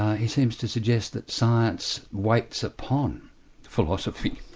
he seems to suggest that science waits upon philosophy